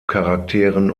charakteren